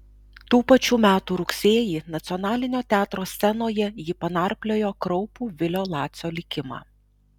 tų pačių metų rugsėjį nacionalinio teatro scenoje ji panarpliojo kraupų vilio lacio likimą